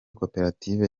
koperative